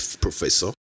professor